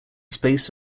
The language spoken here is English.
space